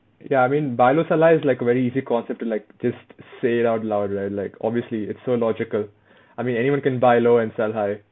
ya I mean buy low sell high is like a very easy concept to like just say it out loud right like obviously it's so logical I mean anyone can buy low and sell high